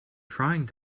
trying